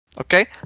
Okay